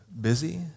busy